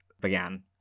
began